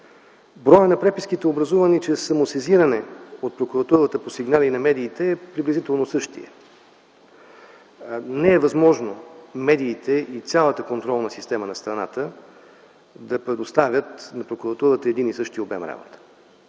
броят на преписките, образувани чрез самосезиране от Прокуратурата по сигнали на медиите, е приблизително същият. Не е възможно медиите и цялата контролна система на страната да предоставят на Прокуратурата един и същи обем работа.